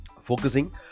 focusing